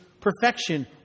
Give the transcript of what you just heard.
perfection